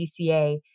DCA